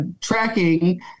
tracking